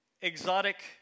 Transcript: exotic